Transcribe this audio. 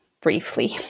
briefly